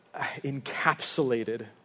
encapsulated